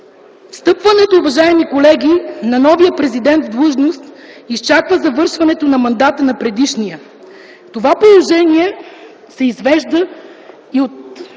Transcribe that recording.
Встъпването, уважаеми колеги, на новия президент в длъжност, изчаква завършването на мандата на предишния. Това положение се извежда и от